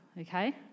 okay